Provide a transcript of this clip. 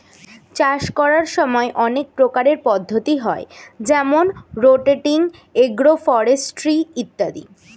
চাষ করার সময় অনেক প্রকারের পদ্ধতি হয় যেমন রোটেটিং, এগ্রো ফরেস্ট্রি ইত্যাদি